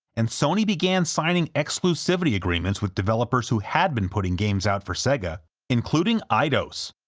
and sony began signing exclusivity agreements with developers who had been putting games out for sega including eidos,